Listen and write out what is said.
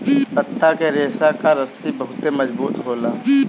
पत्ता के रेशा कअ रस्सी बहुते मजबूत होला